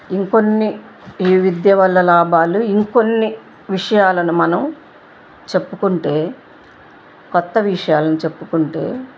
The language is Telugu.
ఇంకొన్ని ఈ విద్య వల్ల లాభాలు ఇంకొన్ని విషయాలను మనం చెప్పుకుంటే కొత్త విషయాలను చెప్పుకుంటే